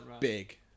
big